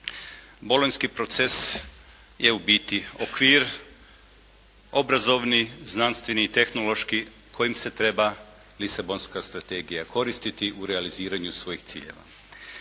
Bolonjski proces je u biti okvir obrazovni, znanstveni i tehnološki kojim se treba lisabonska strategija koristiti u realiziranju svojih ciljeva.